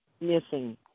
missing